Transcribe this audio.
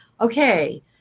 Okay